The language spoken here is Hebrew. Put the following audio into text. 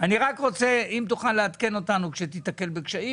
אנחנו גם לא נשתמש בביטוי הזה כשאנחנו נגיש את ההערות שלנו.